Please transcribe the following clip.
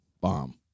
Bomb